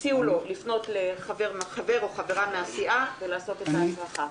הציעו לו לפנות לחבר או חברה מהסיעה ולעשות הצרכה.